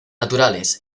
naturales